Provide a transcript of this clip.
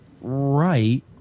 Right